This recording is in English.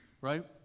right